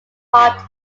part